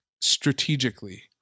strategically